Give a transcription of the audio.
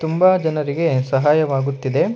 ತುಂಬ ಜನರಿಗೆ ಸಹಾಯವಾಗುತ್ತಿದೆ